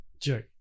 joke